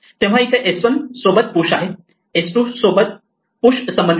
तेव्हा इथे s1 सोबत पुश आहे s2 सोबत पुश संबंधित आहे